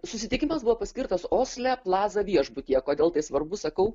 susitikimas buvo paskirtas osle plaza viešbutyje kodėl tai svarbu sakau